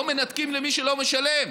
לא מנתקים למי שלא משלם,